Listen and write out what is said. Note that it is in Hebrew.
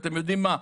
או אתם יודעים מה,